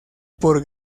por